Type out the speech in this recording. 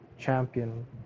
champion